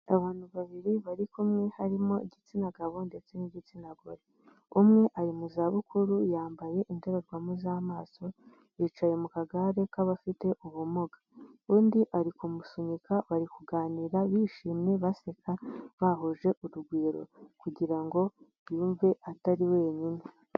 Abantu babiri bari kumwe, harimo igitsina gabo ndetse n'igitsina gore, umwe ari mu za bukuru yambaye indorerwamo z'amaso, yicaye mu kagare k'abafite ubumuga, undi ari kumusunika bari kuganira bishimye baseka, bahuje urugwiro kugira ngo yumve atari wenyine.